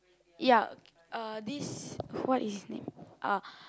ya uh this what is his name uh